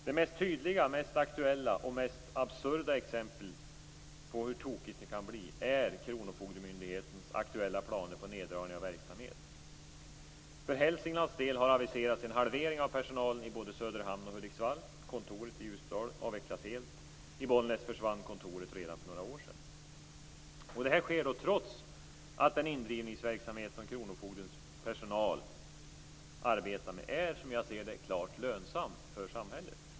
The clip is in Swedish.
Det mest tydliga, aktuella och absurda exemplet på hur tokigt det kan bli är kronofogdemyndighetens aktuella planer på neddragning av verksamheten. För Hälsinglands del har man aviserat en halvering av personalstyrkan i både Söderhamn och Hudiksvall. Kontoret i Ljusdal avvecklas helt, och i Bollnäs försvann kontoret redan för några år sedan. Detta sker trots att den indrivningsverksamhet som kronofogdens personal arbetar med är klart lönsam för samhället.